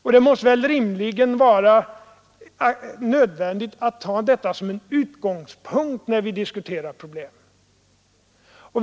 Det måste väl vara rimligt att ta detta som en utgångspunkt när vi diskuterar problemet.